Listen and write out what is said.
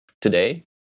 today